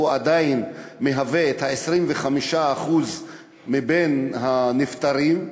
שהוא עדיין הגורם ל-25% מבין הנפטרים,